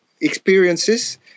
experiences